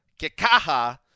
Kikaha